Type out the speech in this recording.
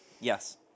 Yes